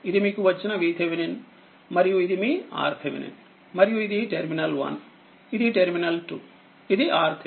ఇది మీకు వచ్చిన VThమరియు ఇది మీ RTh మరియు ఇది టెర్మినల్1 ఇది టెర్మినల్2ఇది RTh